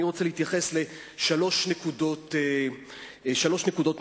אני רוצה להתייחס לשלוש נקודות מרכזיות.